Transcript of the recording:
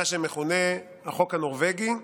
מה שמכונה "החוק הנורבגי".